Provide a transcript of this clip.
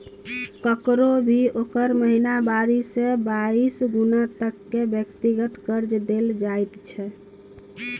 ककरो भी ओकर महिनावारी से बाइस गुना तक के व्यक्तिगत कर्जा देल जाइत छै